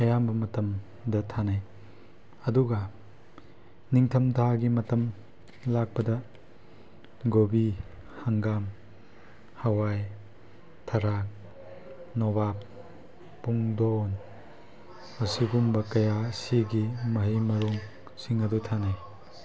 ꯑꯌꯥꯝꯕ ꯃꯇꯝꯗ ꯊꯥꯅꯩ ꯑꯗꯨꯒ ꯅꯤꯡꯊꯝ ꯊꯥꯒꯤ ꯃꯇꯝ ꯂꯥꯛꯄꯗ ꯒꯣꯕꯤ ꯍꯪꯒꯥꯝ ꯍꯋꯥꯏ ꯊꯔꯥꯛ ꯅꯣꯕꯥꯞ ꯄꯨꯡꯗꯣꯟ ꯑꯁꯤꯒꯨꯝꯕ ꯀꯌꯥ ꯑꯁꯤꯒꯤ ꯃꯍꯩ ꯃꯔꯣꯡꯁꯤꯡ ꯑꯗꯨ ꯊꯥꯅꯩ